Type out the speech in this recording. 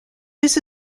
deux